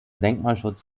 denkmalschutz